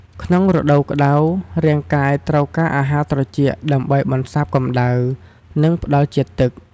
ក្នុងរដូវក្តៅ រាងកាយត្រូវការអាហារត្រជាក់ដើម្បីបន្សាបកម្ដៅ និងផ្តល់ជាតិទឹក។